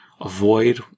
avoid